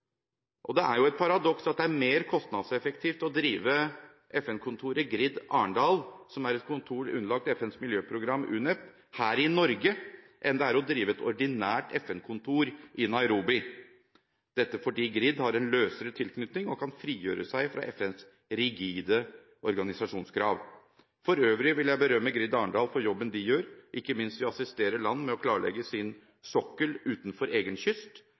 Det er jo et paradoks at det er mer kostnadseffektivt å drive FN-kontoret GRID-Arendal, som er et kontor underlagt FNs miljøprogram, UNEP, her i Norge enn det er å drive et ordinært FN-kontor i Nairobi, dette fordi GRID har en løsere tilknytning og kan frigjøre seg fra FNs rigide organisasjonskrav. For øvrig vil jeg berømme GRID-Arendal for jobben de gjør ikke minst med å assistere land med å klarlegge sin sokkel utenfor egen kyst.